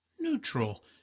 Neutral